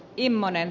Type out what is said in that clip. immonen